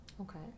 Okay